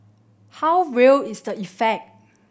how real is the effect